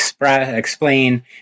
explain